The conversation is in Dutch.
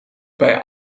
bij